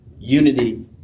Unity